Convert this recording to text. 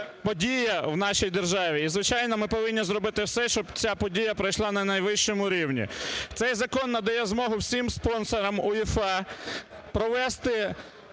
подія в нашій державі. І, звичайно, ми повинні зробити все, щоб ця подія пройшла на найвищому рівні. Цей закон надає змогу всім спонсорам УЄФА провезти